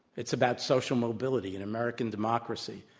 it's about social mobility and american democracy.